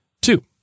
Two